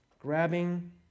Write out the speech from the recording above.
Grabbing